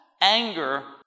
anger